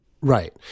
Right